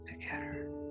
together